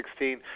2016